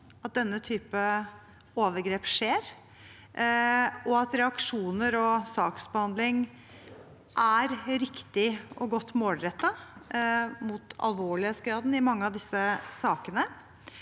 at slike overgrep skjer, at reaksjoner og saksbehandling er riktig og godt målrettet mot alvorlighetsgraden i mange av disse sakene,